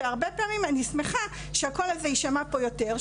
ואני שמחה שהקול הזה יישמע פה יותר,